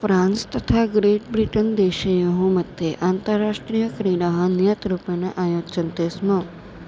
France तथा Great Britain देशयोः मध्ये अन्तराष्ट्रीयक्रीडाः नियतरूपेण आयोजन्ते स्म